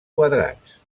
quadrats